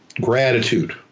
Gratitude